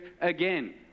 again